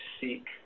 seek